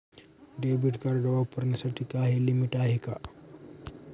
Debit card वापरण्यासाठी काही limit आहे का?